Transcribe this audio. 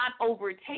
overtake